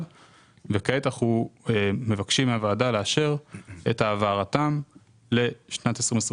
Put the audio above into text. אנחנו מבקשים מהוועדה לאשר את העברתם לשנת 2022